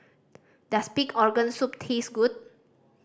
does pig organ soup taste good